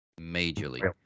majorly